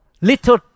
little